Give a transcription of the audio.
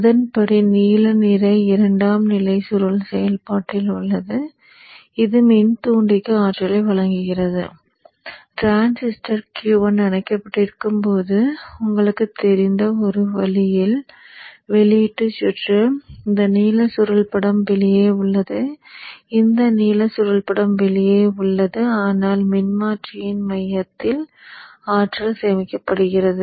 அதன்படி நீல நிற இரண்டாம் நிலை சுருள் செயல்பாட்டில் உள்ளது இது மின்தூண்டிக்கு ஆற்றலை வழங்குகிறது டிரான்சிஸ்டர் Q1 அணைக்கபட்டிருக்கும் போது உங்களுக்குத் தெரிந்த ஒரு வழியில் வெளியீட்டுச் சுற்று இந்த நீல சுருள் படம் வெளியே உள்ளது இந்த நீல சுருள் படம் வெளியே உள்ளது ஆனால் மின்மாற்றியின் மையத்தில் ஆற்றல் சேமிக்கப்படுகிறது